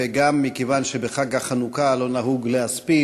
וגם מכיוון שבחג החנוכה לא נהוג להספיד,